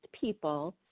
people